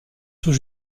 tout